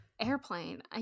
Airplane